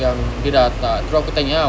yang dia dah tak terus aku tanya ah